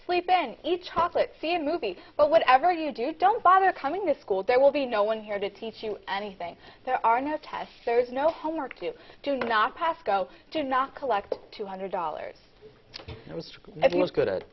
then eat chocolate see a movie but whatever you do don't bother coming to school there will be no one here to teach you anything there are no tests there's no homework to do not pass go do not collect two hundred dollars that was good